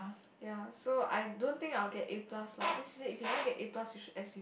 ya so I don't think I will get A plus lah then she said if you never get A plus you should S_U